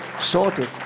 Sorted